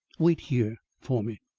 wait here for me.